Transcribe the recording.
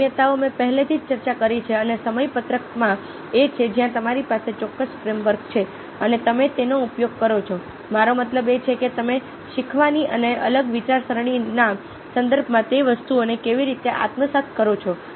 સામ્યતાઓ મેં પહેલેથી જ ચર્ચા કરી છે અને સમયપત્રકમાં એ છે જ્યાં તમારી પાસે ચોક્કસ ફ્રેમ વર્ક છે અને તમે તેનો ઉપયોગ કરો છો મારો મતલબ એ છે કે તમે શીખવાની અને અલગ વિચારસરણીના સંદર્ભમાં તે વસ્તુઓને કેવી રીતે આત્મસાત કરો છો